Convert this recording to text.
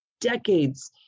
decades